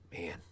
man